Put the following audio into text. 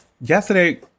yesterday